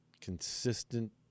consistent